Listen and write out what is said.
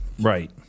Right